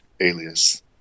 alias